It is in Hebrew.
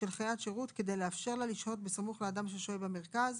של חיית שירות כדי לאפשר לה לשהות בסמוך לאדם ששוהה במרכז,